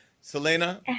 Selena